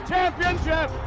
Championship